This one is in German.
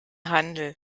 handel